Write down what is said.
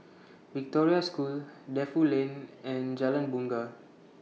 Victoria School Defu Lane and Jalan Bungar